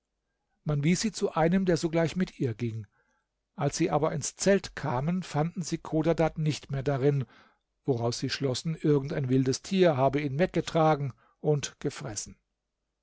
man wies sie zu einem der sogleich mit ihr ging als sie aber ins zelt kamen fanden sie chodadad nicht mehr darin woraus sie schlossen irgend ein wildes tier habe ihn weggetragen und gefressen